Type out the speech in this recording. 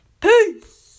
Peace